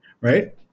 Right